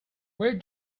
where